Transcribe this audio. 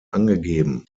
angegeben